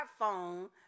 smartphone